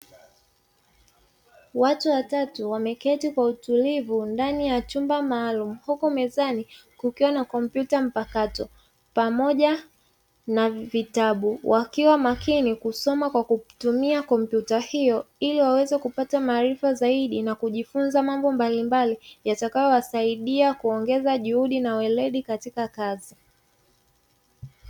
Watu watatu wameketi kwa utulivu ndani ya chumba maalumu, huku mezani kukiwa na kompyuta mpakato pamoja na vitabu. Wakiwa makini kusoma kwa kutumia kompyuta hiyo ili waweze kupata maarifa zaidi na kujifunza mambo mbalimbali yatakayowasaidia kuongeza juhudi na weledi katika kazi.